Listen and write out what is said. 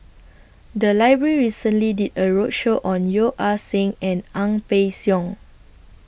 The Library recently did A roadshow on Yeo Ah Seng and Ang Peng Siong